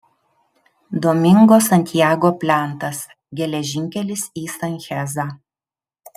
domingo santiago plentas geležinkelis į sanchezą